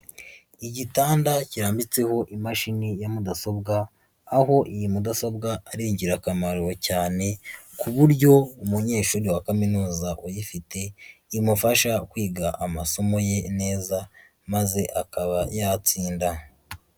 Igitanda cyanditseho imashini ya mudasobwa aho iyi mudasobwa ari ingirakamaro cyane, ku buryo umunyeshuri wa kaminuza uyifite imufasha kwiga amasomo ye neza, maze akaba yatsinda.